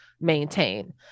maintain